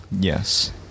Yes